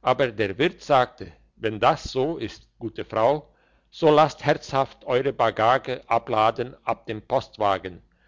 aber der wirt sagte wenn das so ist gute frau so lasst herzhaft eure bagage abladen ab dem